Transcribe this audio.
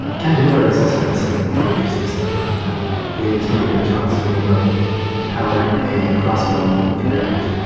ken wheeler has also done some pretty interesting stuff around that. i believe he's going to give a talk soon about powering a crossbow with react.